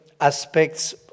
aspects